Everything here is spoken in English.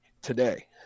today